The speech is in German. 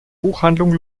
buchhandlung